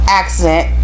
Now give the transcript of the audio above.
accident